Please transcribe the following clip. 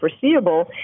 foreseeable